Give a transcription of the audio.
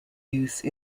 use